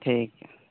ᱴᱷᱤᱠ ᱜᱮᱭᱟ